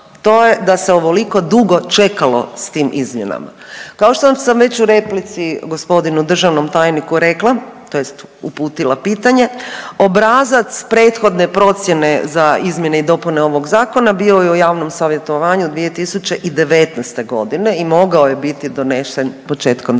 to je da se ovoliko dugo čekalo s tim izmjenama. Kao što sam već u replici gospodinu državnom tajniku rekla, tj. uputila pitanje, obrazac prethodne procjene za izmjene i dopune ovog zakona bio je u javnom savjetovanju 2019.g. i mogao je biti donesen početkom '20.,